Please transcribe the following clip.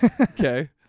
Okay